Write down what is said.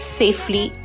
safely